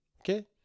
okay